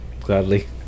gladly